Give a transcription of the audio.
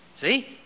See